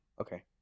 Okay